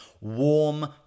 warm